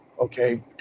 Okay